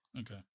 Okay